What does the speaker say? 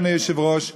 אדוני היושב-ראש,